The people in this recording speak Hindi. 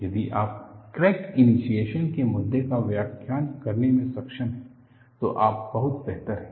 रिजिड्यूल स्ट्रेंथ डायग्राम यदि आप क्रैक इनीसीएसन के मुद्दे का व्याख्यान करने में सक्षम हैं तो आप बहुत बेहतर हैं